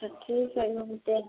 तो ठीक है घूमते हैं